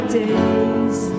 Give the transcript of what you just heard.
days